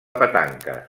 petanca